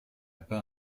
pas